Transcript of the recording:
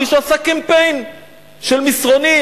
כי מישהו עושה קמפיין של מסרונים